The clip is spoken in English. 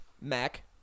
Mac